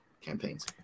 campaigns